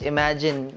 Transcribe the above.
Imagine